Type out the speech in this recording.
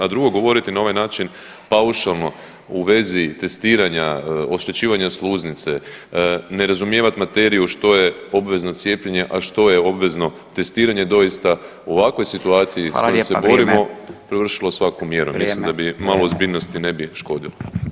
A drugo govorite na ovaj način paušalno u vezi testiranja, oštećivanja sluznice, ne razumijevat materiju što je obvezno cijepljenje, a što je obvezno testiranje doista u ovakvoj situaciju s kojoj se borimo prevršilo je svaku mjeru, mislim da malo ozbiljnosti ne bi škodilo.